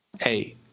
Hey